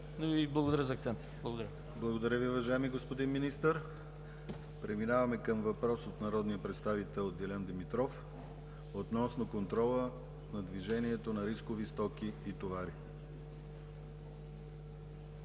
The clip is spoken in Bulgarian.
Благодаря Ви, уважаеми господин Министър. Преминаваме към въпрос от народния представител Дилян Димитров относно контрола на движението на рискови стоки и товари.